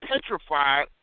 petrified